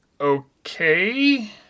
okay